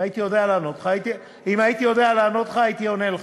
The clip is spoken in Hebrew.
אם הייתי יודע לענות לך, הייתי עונה לך.